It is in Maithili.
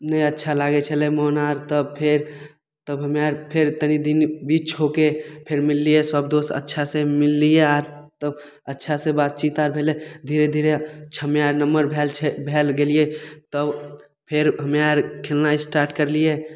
नहि अच्छा लागय छलै मोन आर तब फेर तब हम्मे आर फेर तनी दिन बीच होके फेर मिललियै सब दोस्त अच्छासँ मिललियै आर तब अच्छासँ बातचीत आर भेलय धीरे धीरे हम्मे आर छओ नम्हर भयल छै भयल गेलियै तब फेर हम्मे आर खेलनाइ स्टार्ट करलियै